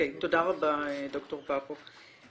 תודה רבה, ד"ר פפו.